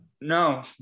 no